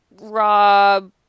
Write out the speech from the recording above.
Rob